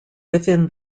within